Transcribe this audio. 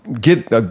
get